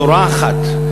תורה אחת.